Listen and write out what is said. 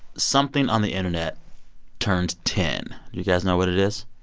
something on the internet turned ten. you guys know what it is?